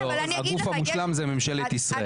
לא, הגוף המושלם זה ממשלת ישראל.